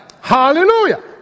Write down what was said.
Hallelujah